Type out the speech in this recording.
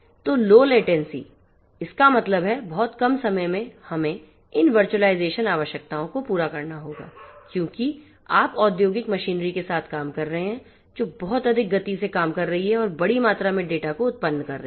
तो low latency इसका मतलब है बहुत कम समय में हमें इन वर्चुअलाइजेशन आवश्यकताओं को पूरा करना होगा क्योंकि आप औद्योगिक मशीनरी के साथ काम कर रहे हैं जो बहुत अधिक गति से काम कर रही है और बड़ी मात्रा में डेटा को उत्पन्न कर रही हैं